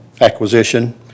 acquisition